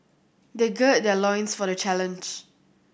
they gird their loins for the challenge